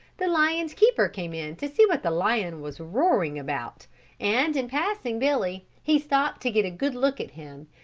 the lion's keeper came in to see what the lion was roaring about and in passing billy he stopped to get a good look at him,